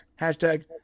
hashtag